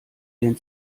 den